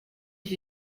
iki